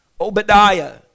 Obadiah